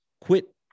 Quit